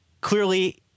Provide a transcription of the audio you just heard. Clearly